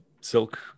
silk